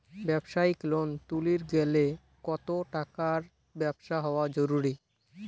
ব্যবসায়িক লোন তুলির গেলে কতো টাকার ব্যবসা হওয়া জরুরি?